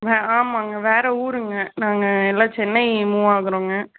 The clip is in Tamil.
அ ஆமாங்க வேறு ஊருங்க நாங்கள் எல்லாம் சென்னை மூவ் ஆகிறோங்க